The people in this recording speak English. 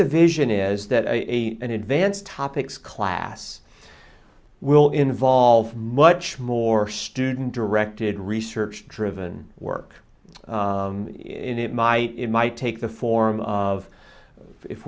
the vision is that a an advanced topics class will involve much more student directed research driven work in it might it might take the form of if